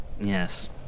Yes